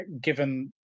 given